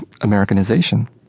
Americanization